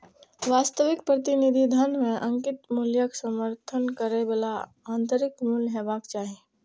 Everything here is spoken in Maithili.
वास्तविक प्रतिनिधि धन मे अंकित मूल्यक समर्थन करै बला आंतरिक मूल्य हेबाक चाही